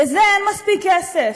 לזה אין מספיק כסף,